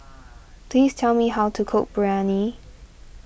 please tell me how to cook Biryani